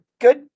good